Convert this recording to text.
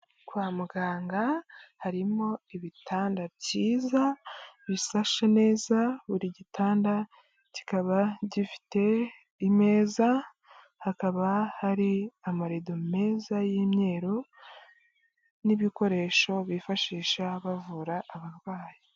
Kwa muganga harimo ibitanda byiza, bisashe neza, buri gitanda kikaba gifite imeza, hakaba hari amarido meza y'imyeru, n'ibikoresho bifashisha bavura abarwayi.